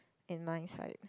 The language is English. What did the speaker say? in my side